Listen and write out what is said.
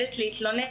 להתלונן,